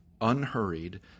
unhurried